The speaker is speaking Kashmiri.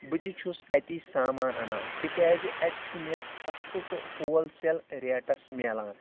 بہٕ تہِ چھُس اَتی سامان اَنان تِکیازِ اَتہِ چھُ مےٚ سَستہٕ تہٕ ہول سیل ریٹَس میلان